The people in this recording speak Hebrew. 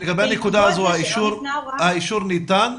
לגבי הנקודה הזו, האישור ניתן?